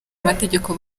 amategeko